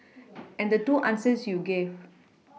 and the two answers you gave